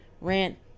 rent